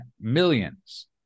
millions